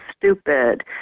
stupid